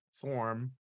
form